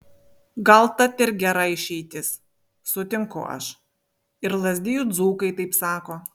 gal tat ir gera išeitis sutinku aš ir lazdijų dzūkai taip sako